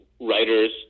writers